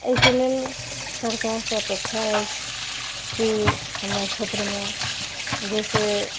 एहिके लेल सरकारसँ अपेक्षा अछि कि हमरा क्षेत्रमे जे से